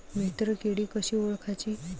मित्र किडी कशी ओळखाची?